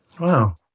Wow